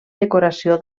decoració